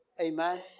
Amen